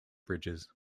bridges